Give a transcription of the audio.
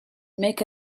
make